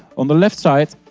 on the left side